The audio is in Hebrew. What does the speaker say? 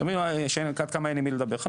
תאמין לי שאין עם מי לדבר אנחנו